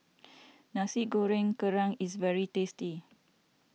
Nasi Goreng Kerang is very tasty